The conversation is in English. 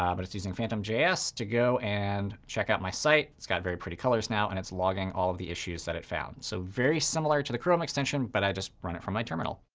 um but it's using phantomjs ah so to go and check out my site. it's got very pretty colors now, and it's logging all of the issues that it found. so very similar to the chrome extension, but i just run it from my terminal.